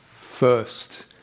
first